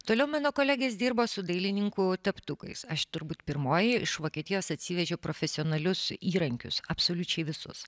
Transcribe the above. toliau mano kolegės dirbo su dailininkų teptukais aš turbūt pirmoji iš vokietijos atsivežiau profesionalius įrankius absoliučiai visus